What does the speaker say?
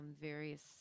various